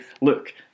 Look